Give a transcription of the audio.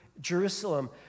Jerusalem